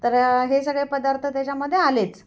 तर हे सगळे पदार्थ त्याच्यामध्ये आलेच